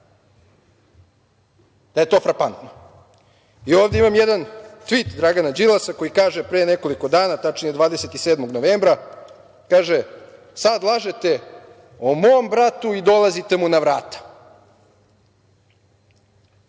da je to frapantno. Ovde imam jedan tvit Dragana Đilasa od pre nekoliko dana, tačnije 27. novembra. Kaže – sada lažete o mom bratu i dolazite mu na